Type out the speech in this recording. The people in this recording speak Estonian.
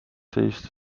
seista